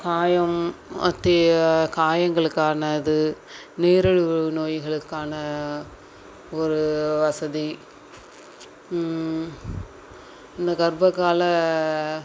காயம் அத்தைய காயங்களுக்கான இது நீரிழிவு நோய்களுக்கான ஒரு வசதி இந்த கர்ப்பகால